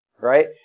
right